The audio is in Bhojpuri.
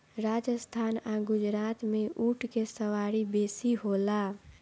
राजस्थान आ गुजरात में ऊँट के सवारी बेसी होला